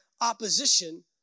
opposition